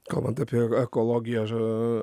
kalbant apie ekologiją ža